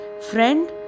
friend